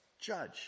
judge